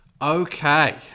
Okay